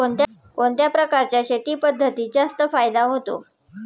कोणत्या प्रकारच्या शेती पद्धतीत जास्त फायदा होतो?